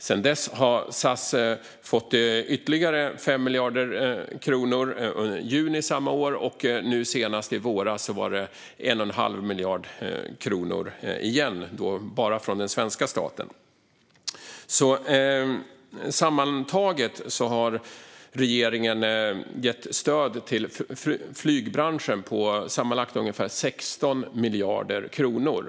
Sedan dess har SAS fått ytterligare 5 miljarder kronor i juni samma år och nu senast, i våras, åter 1,5 miljarder kronor - bara från den svenska staten. Sammantaget har regeringen gett stöd till flygbranschen på ungefär 16 miljarder kronor.